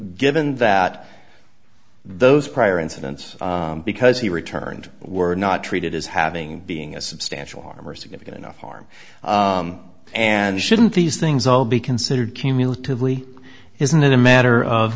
given that those prior incidents because he returned were not treated as having being a substantial harm or a significant enough harm and shouldn't these things all be considered cumulatively isn't it a matter of